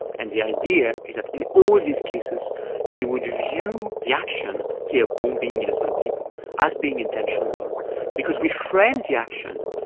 and the idea is that in all these cases we would view the action here bombing innocent people as being intentional because we frame the action,